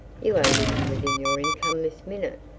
you are living within your income this minute,